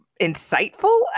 insightful